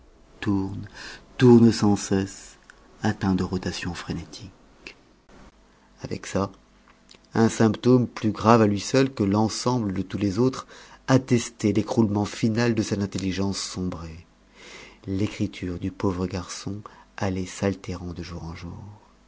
tourne tourne sans cesse atteint de rotation frénétique avec ça un symptôme plus grave à lui seul que l'ensemble de tous les autres attestait l'écroulement final de cette intelligence sombrée l'écriture du pauvre garçon allait s'altérant de jour en jour